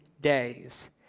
days